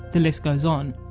the list goes on.